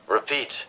Repeat